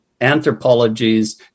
anthropologies